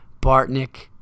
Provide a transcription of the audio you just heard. Bartnick